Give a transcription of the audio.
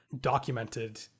documented